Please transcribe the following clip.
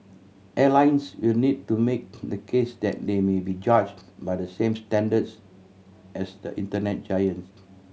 airlines will need to make the case that they may be judge by the same standards as the Internet giants